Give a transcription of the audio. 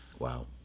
Wow